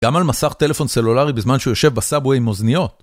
גם על מסך טלפון סלולרי בזמן שהוא יושב בסאבווי עם אוזניות.